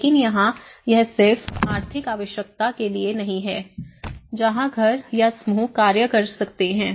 लेकिन यहाँ यह सिर्फ आर्थिक आवश्यकता के लिए नहीं है जहाँ घर या समूह कार्य करते हैं